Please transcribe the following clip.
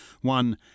one